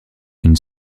une